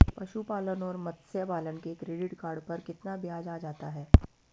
पशुपालन और मत्स्य पालन के क्रेडिट कार्ड पर कितना ब्याज आ जाता है?